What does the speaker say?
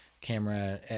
camera